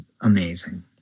amazing